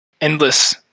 endless